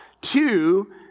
Two